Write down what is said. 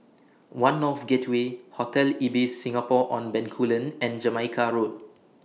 one North Gateway Hotel Ibis Singapore on Bencoolen and Jamaica Road